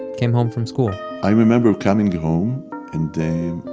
came home from school i remember coming home and